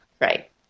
right